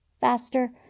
faster